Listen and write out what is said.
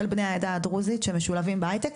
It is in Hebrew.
בני העדה הדרוזית שמשולבים בהיי טק,